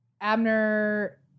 Abner